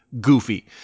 goofy